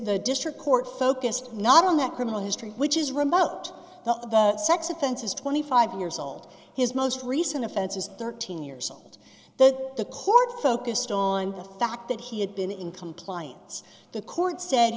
the district court focused not on that criminal history which is remote the sex offense is twenty five years old his most recent offense is thirteen years old that the court focused on the fact that he had been in compliance the court said